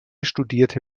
studierte